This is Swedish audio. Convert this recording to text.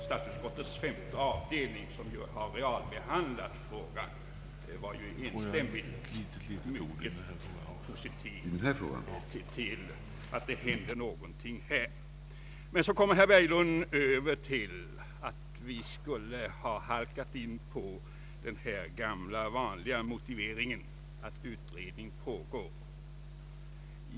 Statsutskottets femte avdelning, som har realbehandlat frågan var enstämmig och mycket positiv till att någonting skall hända härvidlag. Men herr Berglund anförde att vi trots vår positiva inställning ändock skulle ha halkat in på den gamla vanliga motiveringen att utredning pågår för att få ett avslag.